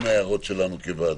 עם ההערות שלנו כוועדה.